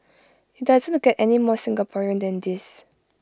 IT doesn't get any more Singaporean than this